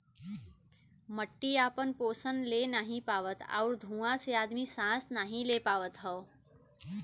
मट्टी आपन पोसन ले नाहीं पावत आउर धुँआ से आदमी सांस नाही ले पावत हौ